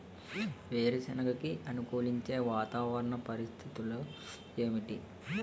వేరుసెనగ కి అనుకూలించే వాతావరణ పరిస్థితులు ఏమిటి?